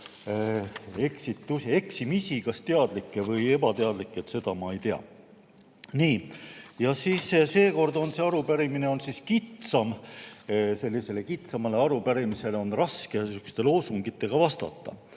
eksimusi. Kas teadlikke või ebateadlikke, seda ma ei tea. Nii. Ja seekord on see arupärimine kitsam. Sellisele kitsamale arupärimisele on raske sihukeste loosungitega vastata